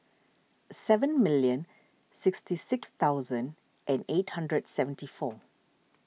seven million sixty six thousand and eight hundred seventy four